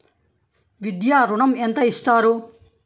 విద్యా ఋణం ఎంత ఇస్తారు?